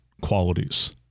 qualities